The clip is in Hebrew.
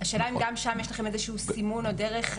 השאלה אם גם שם יש לך איזה שהוא סימון או דרך?